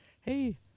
Hey